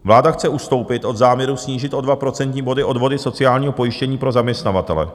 Vláda chce ustoupit od záměru snížit o 2 procentní body odvody sociálního pojištění pro zaměstnavatele.